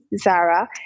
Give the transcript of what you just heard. Zara